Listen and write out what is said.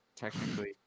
Technically